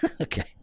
Okay